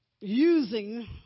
using